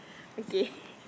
okay